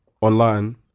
online